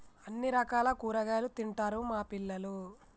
అన్ని రకాల కూరగాయలు తింటారు మా పిల్లలు